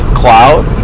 cloud